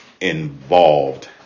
involved